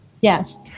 yes